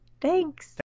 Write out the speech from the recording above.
Thanks